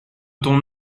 ton